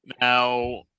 now